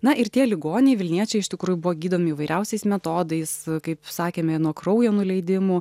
na ir tie ligoniai vilniečiai iš tikrųjų buvo gydomi įvairiausiais metodais kaip sakėme nuo kraujo nuleidimų